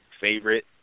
favorite